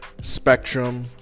spectrum